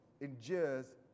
endures